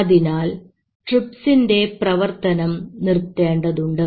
അതിനാൽ ട്രിപ്സിൻറെ പ്രവർത്തനം നിർത്തേണ്ടതുണ്ട്